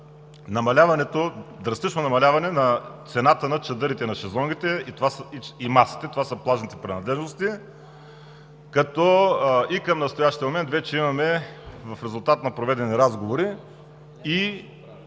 драстично намаляване на цената на чадърите, на шезлонгите и масите – това са плажните принадлежности, и към настоящия момент в резултат на проведени разговори вече